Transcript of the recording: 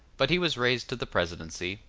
but he was raised to the presidency,